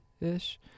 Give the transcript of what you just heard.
ish